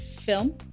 Film